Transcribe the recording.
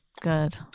Good